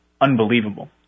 unbelievable